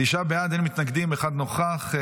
תשעה בעד, אין מתנגדים, אחד נוכח.